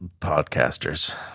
podcasters